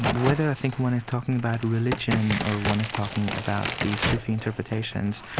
whether i think one is talking about religion or one is talking about the sufi interpretations,